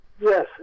Yes